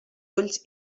ulls